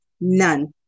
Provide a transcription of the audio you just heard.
none